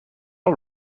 all